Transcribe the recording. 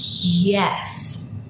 Yes